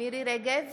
מירי מרים רגב,